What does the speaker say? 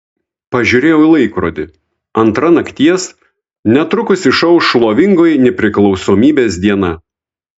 pažiūrėjau į laikrodį antra nakties netrukus išauš šlovingoji nepriklausomybės diena